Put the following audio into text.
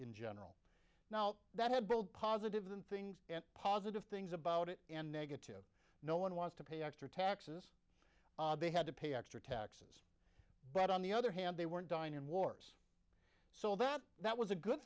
in general now that had positive than things and positive things about it and negative no one wants to pay extra taxes they had to pay extra taxes but on the other hand they were dying in wars so that that was a good